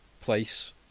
place